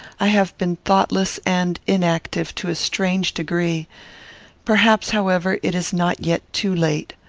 i have been thoughtless and inactive to a strange degree perhaps, however, it is not yet too late.